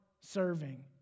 serving